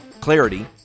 Clarity